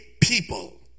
people